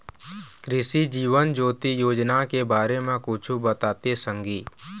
कृसि जीवन ज्योति योजना के बारे म कुछु बताते संगी